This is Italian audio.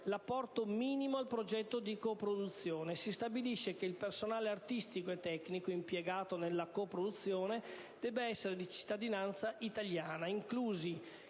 l'apporto minimo al progetto di coproduzione. Si stabilisce che il personale, artistico e tecnico, impiegato nella coproduzione debba essere di cittadinanza italiana (inclusi